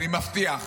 אני מבטיח,